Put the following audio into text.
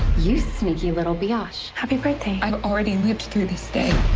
you sneaky little biatch. happy birthday. i've already lived through this day.